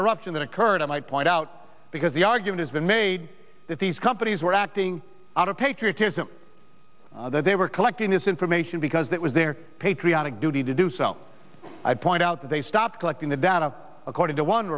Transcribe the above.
interruption that occurred i might point out because the argument has been made that these companies were acting out of patriotism that they were collecting this information because that was their patriotic duty to do so i point out that they stopped collecting the data according to one